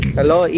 Hello